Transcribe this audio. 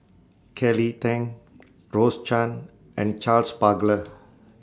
Kelly Tang Rose Chan and Charles Paglar